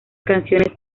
canciones